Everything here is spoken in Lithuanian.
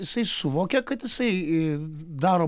jisai suvokia kad jisai daro